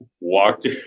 walked